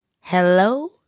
hello